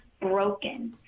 broken